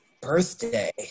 Birthday